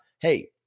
hey